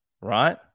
right